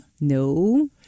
No